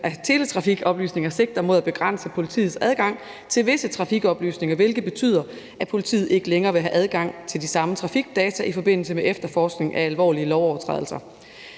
af teletrafikoplysninger sigter mod at begrænse politiets adgang til visse trafikoplysninger, hvilket betyder, at politiet ikke længere vil have adgang til de samme trafikdata i forbindelse med efterforskning af alvorlige lovovertrædelser.